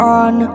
on